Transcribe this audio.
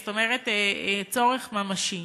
זאת אומרת צורך ממשי.